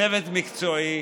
צוות מקצועי,